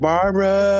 Barbara